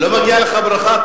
לא מגיעה לך ברכה?